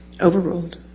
Overruled